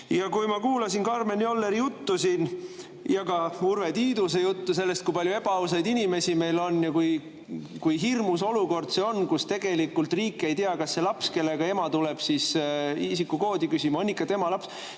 Kui ma kuulasin Karmen Jolleri juttu siin ja ka Urve Tiiduse juttu sellest, kui palju ebaausaid inimesi meil on ja kui hirmus olukord see on, kus tegelikult riik ei tea, kas see laps, kellele ema tuleb isikukoodi küsima, on tema laps,